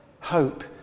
hope